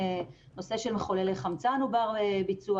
נושא של מחוללי חמצן הוא בר ביצוע.